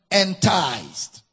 enticed